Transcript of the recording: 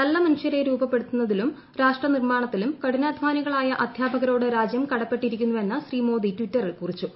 നല്ല മനുഷ്യരെ രൂപപ്പെടുത്തുന്നതിലും രാഷ്ട്രനിർമാണ്ത്തിലും കഠിനാധാനികളായ അധ്യാപകരോട് രാജ്യം കടപ്പ്പെട്ടിരിക്കുന്നുവെന്ന് ശ്രീ മോദി ട്വീറ്റിൽ കുറിച്ചു